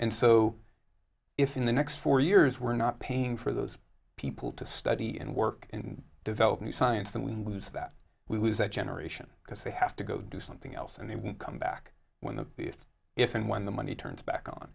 and so if in the next four years we're not paying for those people to study and work and develop new science then lose that we lose that generation because they have to go do something else and they won't come back when the if and when the money turns back on